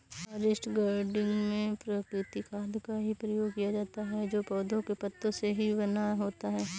forest gardening में प्राकृतिक खाद का ही प्रयोग किया जाता है जो पौधों के पत्तों से ही बना होता है